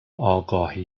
آگاهی